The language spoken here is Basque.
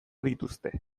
dituzte